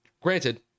granted